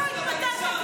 אבל מה זה עוזר שאמרת?